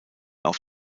auf